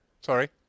Sorry